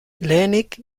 lehenik